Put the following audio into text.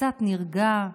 קצת נרגע,